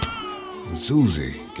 Susie